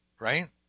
Right